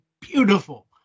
beautiful